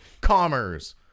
commerce